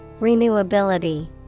Renewability